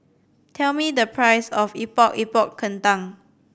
tell me the price of Epok Epok Kentang